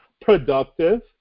productive